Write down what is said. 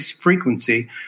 frequency